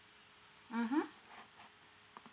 mmhmm